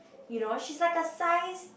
you know she's like a size